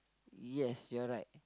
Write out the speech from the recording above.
yes you're right